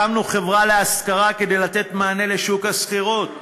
הקמנו חברה להשכרה כדי לתת מענה לשוק השכירות,